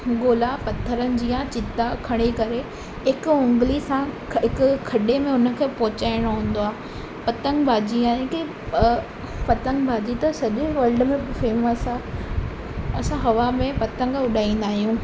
गोला पत्थर जीअं चिदा खणी करे हिकु उंगली सां हिकु खॾे में उन खे पहुचाइणो हूंदो आ्हे पतंग बाज़ी यानी की अ पतंग बाज़ी त सॼे वल्ड में फेमस आहे असां हवा में पतंग उॾाईंदा आहियूं